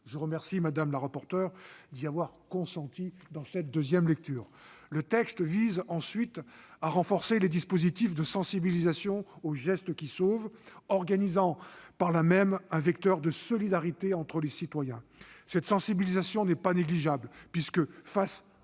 Je remercie Mme la rapporteure d'y avoir consenti en deuxième lecture. Le texte vise ensuite à renforcer les dispositifs de sensibilisation aux gestes qui sauvent, construisant ainsi un vecteur de solidarité entre les citoyens. Cette sensibilisation n'est pas négligeable, puisque